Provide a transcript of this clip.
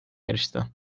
yarıştı